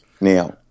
Now